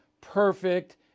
perfect